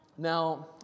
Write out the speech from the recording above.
Now